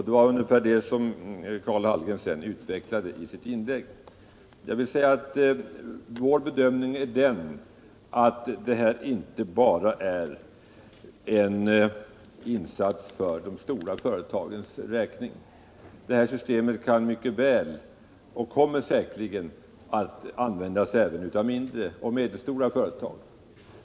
Det var detta resonemang som Karl Hallgren utvecklade i sitt inlägg. Enligt vår bedömning är detta garantisystem inte bara en insats för de stora företagen. Systemet kan mycket väl användas och kommer säkerligen också att användas även av mindre och medelstora företag.